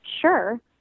sure